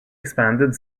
expanded